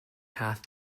path